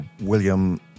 William